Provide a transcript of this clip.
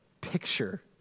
picture